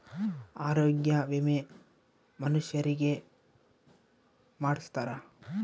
ಆರೊಗ್ಯ ವಿಮೆ ಮನುಷರಿಗೇ ಮಾಡ್ಸ್ತಾರ